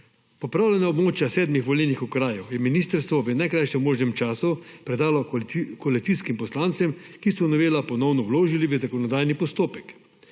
Odpravljena območja 7 volilnih okrajev je ministrstvo v najkrajšem možnem času predalo koalicijskim poslancem, ki so novelo ponovno vložili v zakonodajni postopek.